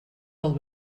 del